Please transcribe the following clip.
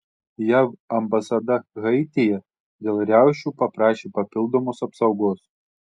jav ambasada haityje dėl riaušių paprašė papildomos apsaugos